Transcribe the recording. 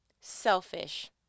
selfish